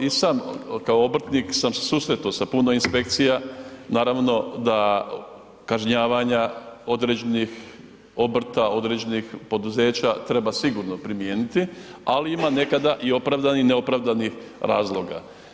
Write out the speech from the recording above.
Kao i sam kao obrtnik sam se susretao sa puno inspekcija, naravno da kažnjavanja, određenih obrta, određenih poduzeća treba sigurno primijeniti, ali ima nekada opravdani i neopravdanih razloga.